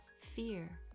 fear